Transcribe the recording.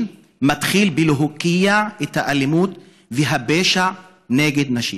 מתחילים בלהוקיע את האלימות והפשע נגד נשים.